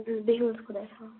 اَدٕ حظ بِہِو حظ خۄدایَس حوال